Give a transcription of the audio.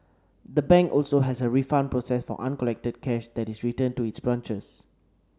the bank also has a refund process for uncollected cash that is returned to its branches